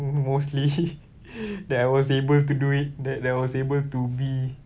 m~ mostly that I was able to do it that I was able to be